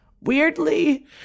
Weirdly